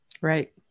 Right